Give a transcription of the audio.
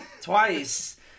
twice